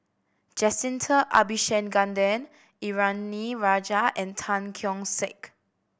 Jacintha Abisheganaden Indranee Rajah and Tan Keong Saik